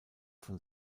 von